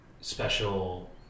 special